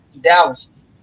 Dallas